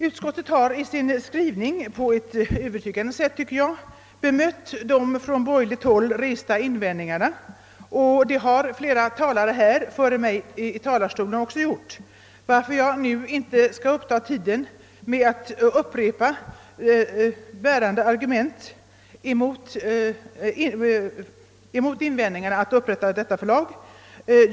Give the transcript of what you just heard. Utskottet har i sin skrivning — på ett övertygande sätt, tycker jag — bemött de från borgerligt håll resta invändningarna, och det har flera talare före mig också gjort, varför jag nu inte behöver uppta tiden med att upprepa bärande argument mot invändningarna mot att upprätta detta förlag.